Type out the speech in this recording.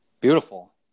Beautiful